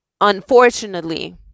Unfortunately